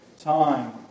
time